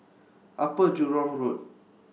Upper Jurong Road